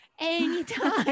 anytime